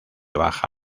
baja